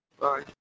Bye